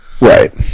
Right